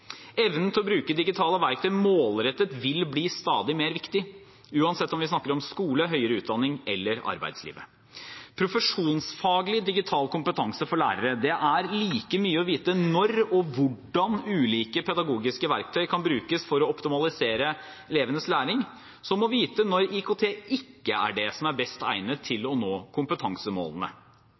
Evnen til å bruke digitale verktøy målrettet vil bli stadig mer viktig, uansett om vi snakker om skole, høyere utdanning eller arbeidslivet. Profesjonsfaglig digital kompetanse for lærere er like mye å vite når og hvordan ulike pedagogiske verktøy kan brukes for å optimalisere elevenes læring, som å vite når IKT ikke er det som er best egnet til å nå kompetansemålene.